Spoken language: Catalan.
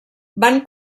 van